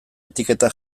etiketa